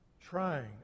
trying